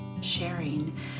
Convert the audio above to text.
Sharing